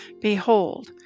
Behold